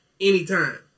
anytime